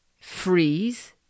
freeze